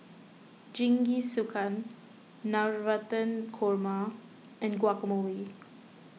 Jingisukan Navratan Korma and Guacamole